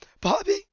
Bobby